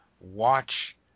watch